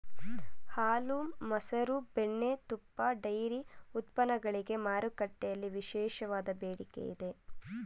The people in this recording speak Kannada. ಹಾಲು, ಮಸರು, ಬೆಣ್ಣೆ, ತುಪ್ಪ, ಡೈರಿ ಉತ್ಪನ್ನಗಳಿಗೆ ಮಾರುಕಟ್ಟೆಯಲ್ಲಿ ವಿಶೇಷವಾದ ಬೇಡಿಕೆ ಇದೆ